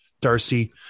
Darcy